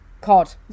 Cod